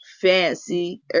fancy